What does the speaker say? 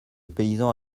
paysan